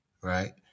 right